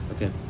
Okay